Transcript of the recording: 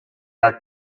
are